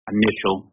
initial